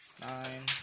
nine